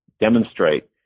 demonstrate